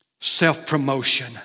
Self-promotion